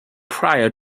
prior